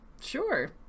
sure